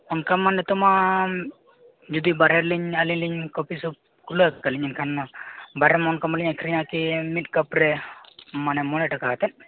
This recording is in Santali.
ᱚᱱᱠᱟ ᱢᱟᱱᱮᱛᱮᱢᱟ ᱡᱚᱫᱤ ᱵᱟᱦᱨᱮᱨᱮᱞᱤᱧ ᱟᱹᱞᱤᱧᱞᱤᱧ ᱠᱚᱯᱷᱤ ᱥᱚᱯ ᱠᱷᱩᱞᱟᱹᱣᱟ ᱠᱮᱫᱟᱞᱤᱧ ᱮᱱᱠᱷᱟᱱ ᱵᱟᱦᱨᱮ ᱢᱚᱱᱮᱠᱟᱜ ᱢᱮ ᱞᱤᱧ ᱟᱹᱠᱷᱨᱤᱧᱟ ᱪᱮᱫ ᱢᱤᱫ ᱠᱟᱯᱨᱮ ᱢᱟᱱᱮ ᱢᱚᱬᱮ ᱴᱟᱠᱟ ᱠᱟᱛᱮ